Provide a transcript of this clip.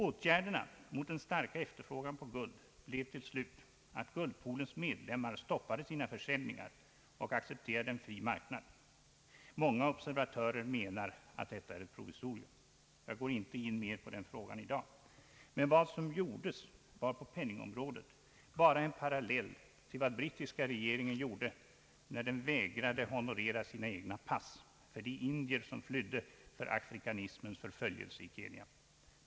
Åtgärderna mot den starka efterfrågan på guld blev till slut att guldpoolens medlemmar stoppade sina försäljningar och accepterade en fri marknad. Många observatörer menar att detta är ett provisorium. Jag går inte in mer på den frågan i dag. Men vad som gjordes var på penningområdet bara en parallell till vad den brittiska regeringen gjorde, när den vägrade honorera sina egna pass för de indier som flydde för afrikanismens förföljelse i Kenya.